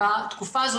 בתקופה הזאת.